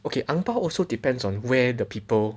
okay ang bao also depends on where the people